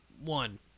one